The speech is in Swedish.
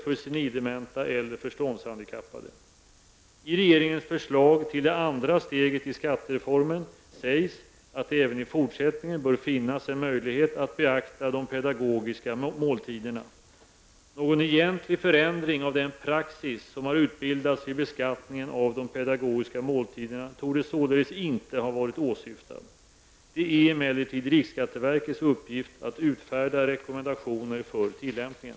I regeringens förslag till det andra steget i skattereformen sägs att det även i fortsättningen bör finnas en möjlighet att beakta de pedagogiska måltiderna. Någon egentlig förändring av den praxis som utbildats vid beskattningen av de pedagogiska måltiderna torde således inte ha varit åsyftad. Det är emellertid riksskatteverkets uppgift att utfärda rekommendationer för tillämpningen.